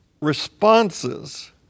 responses